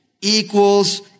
equals